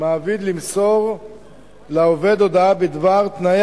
מעביד למסור לעובד הודעה בדבר תנאי